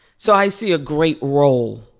so i see a great role.